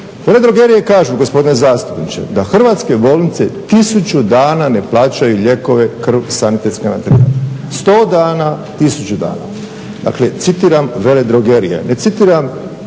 Veledrogerije kažu, gospodine zastupniče, da hrvatske bolnice tisuću dana ne plaćaju lijekove, sanitetske materijale. 100 dana i 1000 dana. Dakle, citiram veledrogerije, ne citiram Plan 21 i